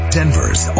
Denver's